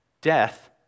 death